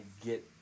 get